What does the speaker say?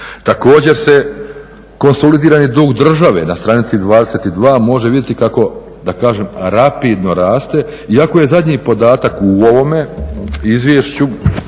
Također se konsolidirani dug države na stranici 22 može vidjeti kako da kažem rapidno raste. Iako je zadnji podatak u ovome izvješću